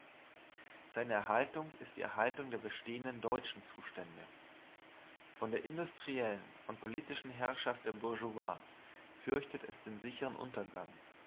seine erhaltung ist die erhaltung der bestehenden deutschen zustände von der industriellen und politischen herrschaft der bourgeoisie fürchtet es den sichern untergang